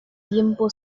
tiempo